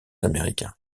américains